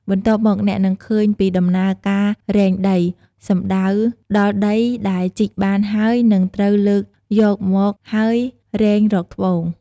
បន្ទាប់មក អ្នកនឹងឃើញពីដំណើរការរែងដី សំដៅដល់ដីដែលជីកបានហើយនឹងត្រូវលើកយកមកហើយរែងរកត្បូង។